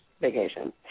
vacation